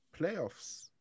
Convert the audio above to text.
playoffs